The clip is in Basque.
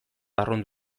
arrunt